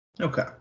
Okay